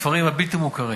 הכפרים הבלתי-מוכרים.